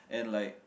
and like